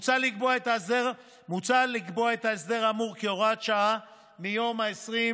מוצע לקבוע את ההסדר האמור כהוראת שעה מיום 29